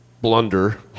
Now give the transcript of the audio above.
blunder